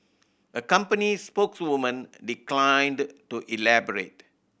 a company spokeswoman declined to elaborate